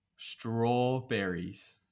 Strawberries